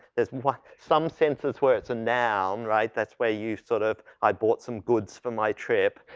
there's what some sensors where it's a noun, right? that's where you sort of, i bought some goods for my trip,